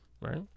right